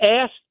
asked